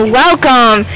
welcome